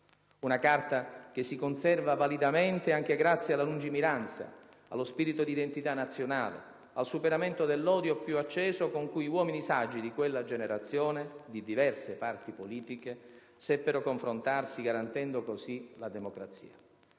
Una Carta che si conserva validamente anche grazie alla lungimiranza, allo spirito di identità nazionale, al superamento dell'odio più acceso con cui uomini saggi di quella generazione - di diverse parti politiche - seppero confrontarsi, garantendo così la democrazia.